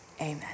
amen